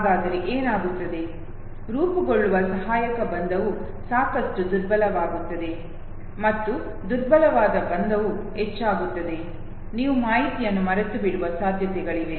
ಹಾಗಾದರೆ ಏನಾಗುತ್ತದೆ ರೂಪುಗೊಳ್ಳುವ ಸಹಾಯಕ ಬಂಧವು ಸಾಕಷ್ಟು ದುರ್ಬಲವಾಗುತ್ತದೆ ಮತ್ತು ದುರ್ಬಲವಾದ ಬಂಧವು ಹೆಚ್ಚಾಗುತ್ತದೆ ನೀವು ಮಾಹಿತಿಯನ್ನು ಮರೆತುಬಿಡುವ ಸಾಧ್ಯತೆಗಳಿವೆ